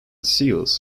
seals